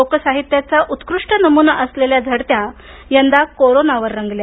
लोकसाहित्याचा उत्कृष्ट नमूना असलेल्या झडत्या यंदा कोरोनावर रंगल्या